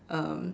um